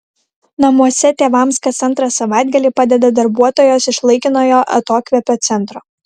namuose tėvams kas antrą savaitgalį padeda darbuotojos iš laikinojo atokvėpio centro